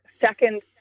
second